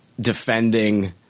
defending